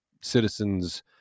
citizens